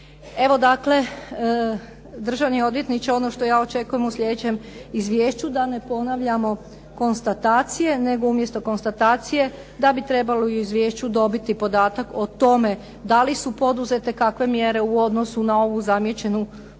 Evo dakle, državni odvjetniče ono što ja očekujem u slijedećem izvješću da ne ponavljamo konstatacije, nego umjesto konstatacije da bi trebalo u izvješću dobiti podatak o tome da li su poduzete kakve mjere u odnosu na ovu zamijećenu pojavu